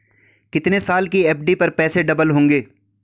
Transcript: कितने साल की एफ.डी पर पैसे डबल होंगे?